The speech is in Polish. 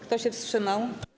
Kto się wstrzymał?